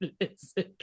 listen